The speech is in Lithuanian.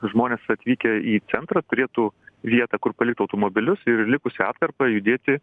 žmonės atvykę į centrą turėtų vietą kur palikt automobilius ir likusią atkarpą judėti